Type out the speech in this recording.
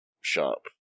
shop